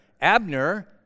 Abner